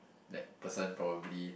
that person probably